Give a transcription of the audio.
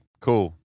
cool